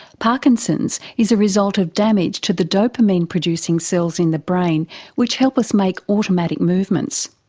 parkinson's is a result of damage to the dopamine producing cells in the brain which help us make automatic movements.